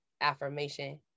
affirmation